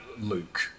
Luke